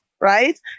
Right